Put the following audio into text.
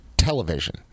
Television